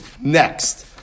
Next